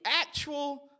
actual